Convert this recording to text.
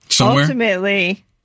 ultimately